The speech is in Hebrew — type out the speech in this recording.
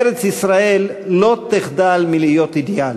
ארץ-ישראל לא תחדל מלהיות אידיאל.